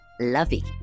lovey